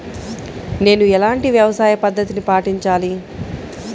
నేను ఎలాంటి వ్యవసాయ పద్ధతిని పాటించాలి?